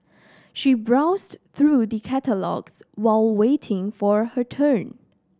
she browsed through the catalogues while waiting for her turn